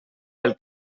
pel